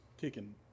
kicking